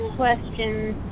questions